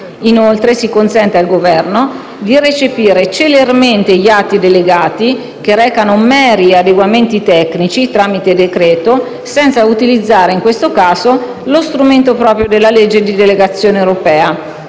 Inoltre, si consente al Governo di recepire celermente gli atti delegati che recano meri adeguamenti tecnici, tramite decreto, senza utilizzare, in questo caso, lo strumento proprio della legge di delegazione europea